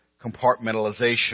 compartmentalization